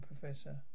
Professor